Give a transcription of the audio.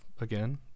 Again